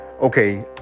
okay